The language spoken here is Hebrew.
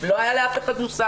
לא היה לאף אחד מושג,